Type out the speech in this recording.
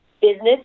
business